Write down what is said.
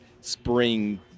spring